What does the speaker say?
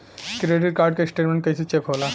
Credit card के statement कइसे check होला?